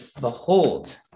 behold